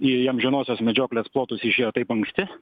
į amžinosios medžioklės plotus išėjo taip anksti